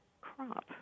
crop